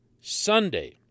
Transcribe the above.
Sunday